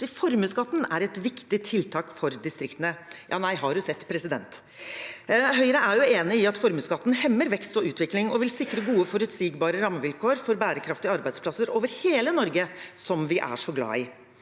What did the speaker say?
formuesskatten er et viktig tiltak for distriktene. Har du sett, president! Høyre er jo enig i at formuesskatten hemmer vekst og utvikling, og vil sikre gode, forutsigbare rammevilkår for bærekraftige arbeidsplasser over hele Norge, som vi er så glad i.